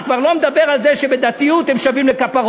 אני כבר לא מדבר על זה שבדתיות הם שווים לכפרות,